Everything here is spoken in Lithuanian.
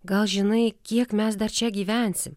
gal žinai kiek mes dar čia gyvensim